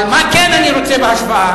אבל מה כן אני רוצה בהשוואה?